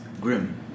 Grim